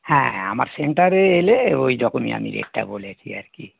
হ্যাঁ হ্যাঁ আমার সেন্টারে এলে ওই রকমই আমি রেটটা বলেছি আর কি